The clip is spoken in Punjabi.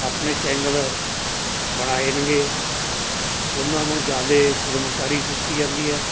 ਆਪਣੇ ਚੈਨਲ ਬਣਾਏ ਨੇਗੇ ਉਹਨਾਂ ਨੂੰ ਜ਼ਿਆਦਾ ਖੁਦਮੁਖਤਾਰੀ ਦਿੱਤੀ ਜਾਂਦੀ ਹੈ